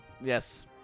Yes